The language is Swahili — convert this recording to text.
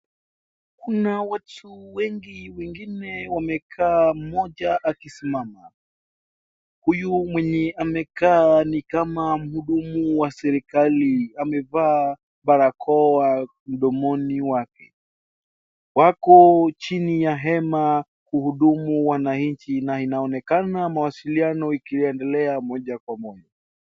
Kuna watu wengi, wengine wamekaa mmoja akisimama. Huyu mwenye amekaa ni kama mhudumu wa serikali. Amevaa barakoa mdomoni wake. Wako chini ya hema kuhudumu wananchi, na inaonekana mawasiliano ikiendelea moja kwa moja.